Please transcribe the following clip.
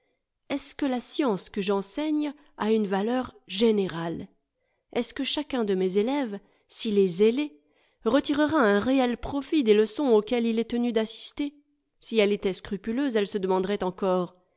est-ce que la science que j'enseigne a une aaleur générale est-ce que chacun de mes élèves s'il est zélé retirera un réel profit des leçons auxquelles il est tenu d'assister si elle était scrupuleuse elle se demanderait encore